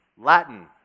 Latin